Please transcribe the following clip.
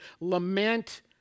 Lament